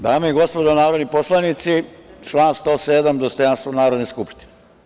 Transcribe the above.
Dame i gospodo narodni poslanici, član 107 – dostojanstvo Narodne skupštine.